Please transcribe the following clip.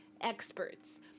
experts